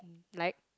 like